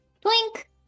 Twink